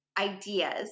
ideas